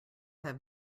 have